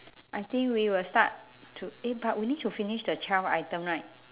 I think we will start to eh but we need to finish the twelfth item right